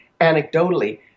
anecdotally